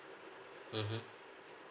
mmhmm